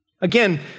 Again